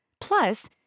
plus